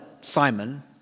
Simon